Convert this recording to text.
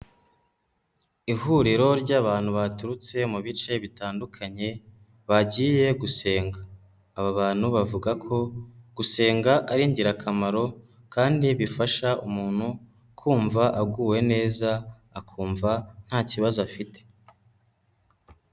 Ihuriro ry'abantu baturutse mu bice bitandukanye bagiye gusenga, aba bantu bavuga ko gusenga ari ingirakamaro kandi bifasha umuntu kumva aguwe neza akumva nta kibazo afite.